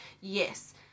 Yes